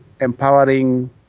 empowering